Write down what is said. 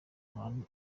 abantu